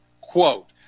quote